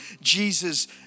Jesus